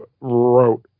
wrote